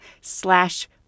slash